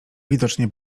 widocznie